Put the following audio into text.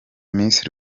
miss